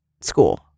school